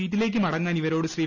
സീറ്റിലേക്ക് മടങ്ങാൻ ഇവരോട് ശ്രീ